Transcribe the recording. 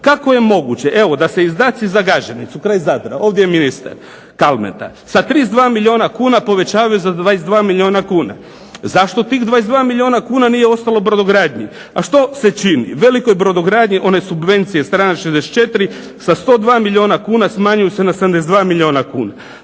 Kako je moguće da se izdaci za Gaženicu kraj Zadra, ovdje je ministar Kalmeta, sa 32 milijuna kuna povećavaju za 22 milijuna. Zašto tih 22 milijuna kuna nije ostalo brodogradnji? A što se čini, velikoj brodogradnji one subvencije, strana 64, sa 102 milijuna kuna smanjuju se na 72 milijuna kuna,